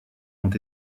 ont